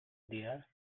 dear